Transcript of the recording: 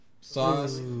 sauce